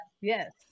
Yes